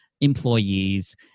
employees